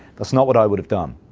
that's not what i would have done.